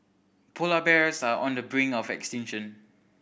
polar bears are on the brink of extinction